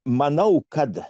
manau kad